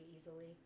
easily